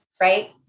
right